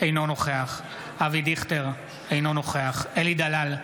אינו נוכח אבי דיכטר, אינו נוכח אלי דלל,